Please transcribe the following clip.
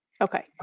Okay